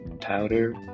powder